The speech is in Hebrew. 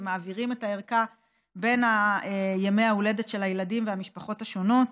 ומעבירים את הערכה בין ימי ההולדת של הילדים והמשפחות השונות.